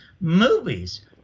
movies